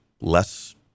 less